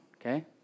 okay